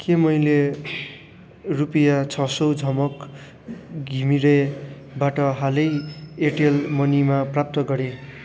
के मैले रुपियाँ छ सय झमक घिमिरेबाट हालै एयरटेल मनीमा प्राप्त गरेँ